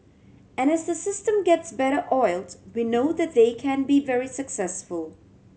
and as the system gets better oiled we know that they can be very successful